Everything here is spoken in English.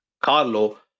Carlo